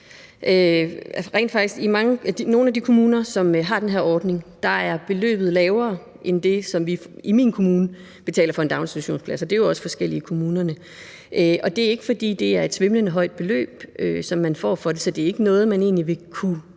I nogle af de kommuner, som har den her ordning, er beløbet lavere end det, vi i min kommune betaler for en daginstitutionsplads, og det er jo også forskelligt i kommunerne. Og det er ikke, fordi det er et svimlende højt beløb, som man får for det, så det er ikke noget, man egentlig vil kunne